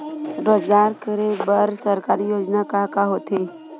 रोजगार करे बर सरकारी योजना का का होथे?